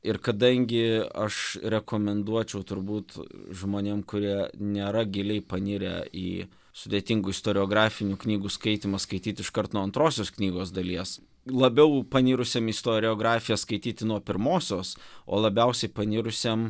ir kadangi aš rekomenduočiau turbūt žmonėm kurie nėra giliai panirę į sudėtingų istoriografinių knygų skaitymą skaityt iškart nuo antrosios knygos dalies labiau panirusiems istoriografiją skaityti nuo pirmosios o labiausiai panirusiam